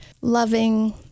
loving